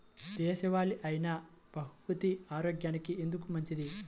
దేశవాలి అయినా బహ్రూతి ఆరోగ్యానికి ఎందుకు మంచిది?